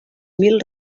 mil